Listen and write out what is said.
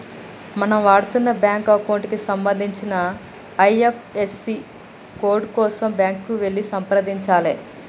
మనం వాడుతున్న bank account కి సంబంధించిన ఐ.ఎఫ్.ఎస్.సి కోడ్ కోసం బ్యాంకుకి వెళ్లి సంప్రదించాలే